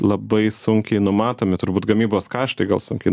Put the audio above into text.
labai sunkiai numatomi turbūt gamybos kaštai gal sunkiai